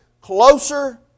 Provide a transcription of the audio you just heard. closer